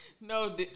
No